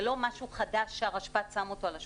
זה לא משהו חדש שהרשפ"ת שם אותו על השולחן.